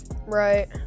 Right